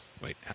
Wait